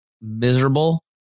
miserable